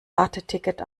warteticket